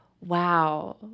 wow